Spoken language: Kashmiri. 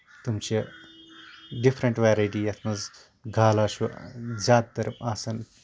تِم چھِ ڈفرنٛٹ ویرایٹی یَتھ منٛز گالا چھُ زیادٕ تر آسان